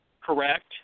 Correct